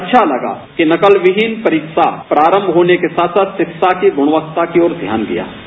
अच्छा लगा कि नकलविहीन परीक्षा प्रारम्भ होने के साथ साथ शिक्षा की गुणवत्ता की ओर ध्यान दिया जाये